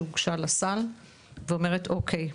שהוגשה לסל ואומרת אוקי,